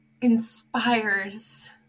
inspires